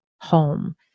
home